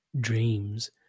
dreams